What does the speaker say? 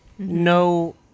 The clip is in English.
No